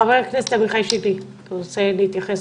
חבר הכנסת עמיחי שיקלי, בבקשה.